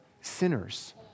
sinners